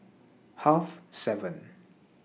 Half seven